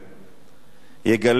יגלה,